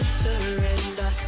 surrender